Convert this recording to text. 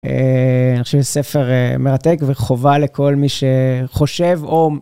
אה... אני חושב שזה ספר מרתק וחובה לכל מי שחושב או...